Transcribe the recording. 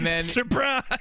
Surprise